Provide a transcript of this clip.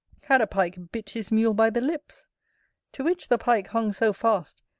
had a pike bit his mule by the lips to which the pike hung so fast,